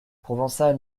provençal